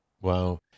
Wow